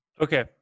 Okay